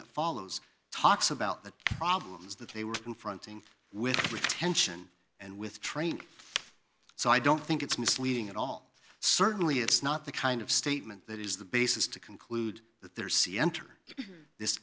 that follows talks about the problems that they were confronting with retention and with training so i don't think it's misleading at all certainly it's not the kind of statement that is the basis to conclude that there see enter this